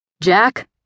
Jack